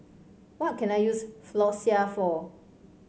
what can I use Floxia for